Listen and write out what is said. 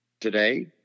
today